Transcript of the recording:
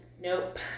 Nope